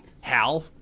Hal